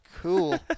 Cool